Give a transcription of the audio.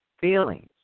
feelings